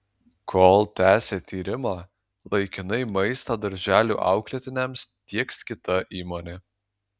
kol tęsia tyrimą laikinai maistą darželių auklėtiniams tieks kita įmonė